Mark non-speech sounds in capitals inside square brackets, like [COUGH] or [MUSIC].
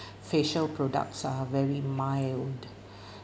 facial products are very mild [BREATH]